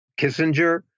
Kissinger